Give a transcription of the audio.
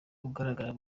ugaragara